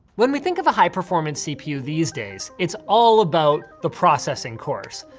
when we think of a high performance cpu these days, it's all about the processing cores.